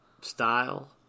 style